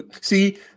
see